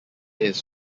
his